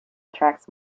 attracts